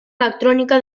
electrònica